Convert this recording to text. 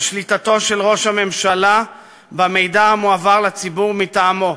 על שליטתו של ראש הממשלה במידע המועבר לציבור מטעמו,